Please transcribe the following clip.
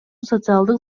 социалдык